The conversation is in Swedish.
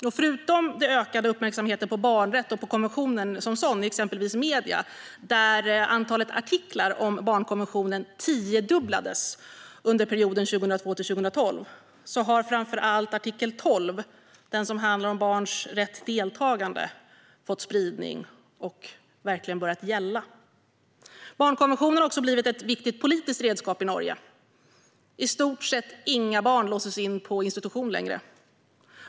Barnrätt har fått ökad uppmärksamhet exempelvis i medierna, där antalet artiklar om barnkonventionen tiodubblades under perioden 2002-2012. Förutom konventionen som sådan har framför allt artikel 12, den som handlar om barns rätt till deltagande, fått spridning och verkligen börjat gälla. Barnkonventionen har också blivit ett viktigt politiskt redskap i Norge. I stort sett inga barn låses in på institution längre.